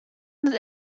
not